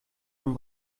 von